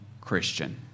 Christian